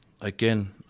again